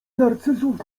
narcyzów